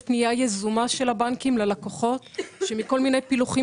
יש פנייה יזומה של הבנקים ללקוחות שלפי כל מיני פילוחים